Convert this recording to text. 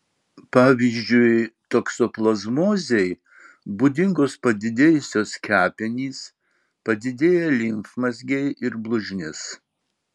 pavyzdžiui toksoplazmozei būdingos padidėjusios kepenys padidėję limfmazgiai ir blužnis